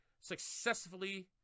successfully